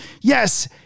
Yes